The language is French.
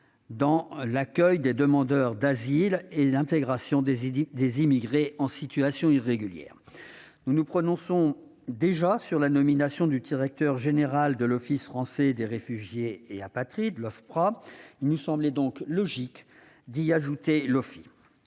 dans l'accueil des demandeurs d'asile et l'intégration des immigrés en situation irrégulière. Nous nous prononçons déjà sur la nomination du directeur général de l'Office français de protection des réfugiés et apatrides (Ofpra). Il nous semblait donc logique d'y ajouter l'OFII.